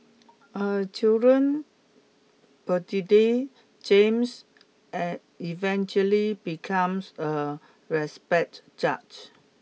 a children prodigy James eventually becomes a respected judge